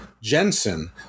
jensen